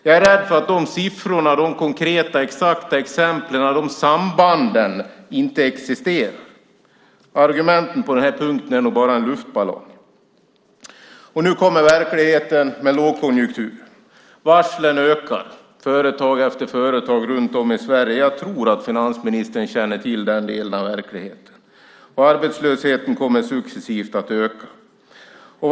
Jag är rädd för att de siffrorna, de konkreta, exakta exemplen och de sambanden inte existerar. Argumenten på den här punkten är nog bara en luftballong. Och nu kommer verkligheten med lågkonjunktur. Varslen ökar vid företag efter företag runt om i Sverige. Jag tror att finansministern känner till den delen av verkligheten. Arbetslösheten kommer successivt att öka.